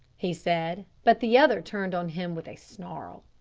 he said, but the other turned on him with a snarl.